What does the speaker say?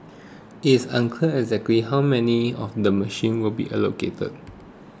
it's unclear exactly how many of the machines will be allocated